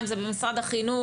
אם זה במשרד החינוך,